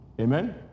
Amen